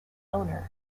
owner